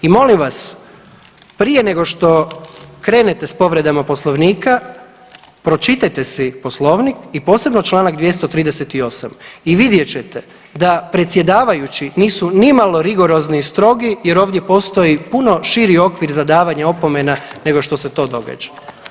I molim vas prije nego što krenete sa povredama poslovnika pročitajte si poslovnik i posebno čl. 238. i vidjet ćete da predsjedavajući nisu nimalo rigorozni i strogi jer ovdje postoji puno širi okvir za davanje opomena nego što se to događa.